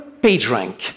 PageRank